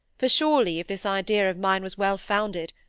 for surely, if this idea of mine was well-founded,